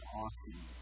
awesome